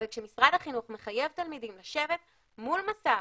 אבל כשמשרד החינוך מחייב תלמידים לשבת מול מסך